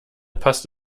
passt